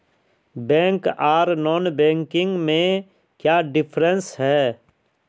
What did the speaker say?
Bank आर non banking में क्याँ डिफरेंस है?